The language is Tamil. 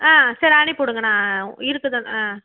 ஆ சரி அனுப்பிவிடுங்க நான் இருக்குது தான் ஆ